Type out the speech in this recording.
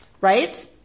right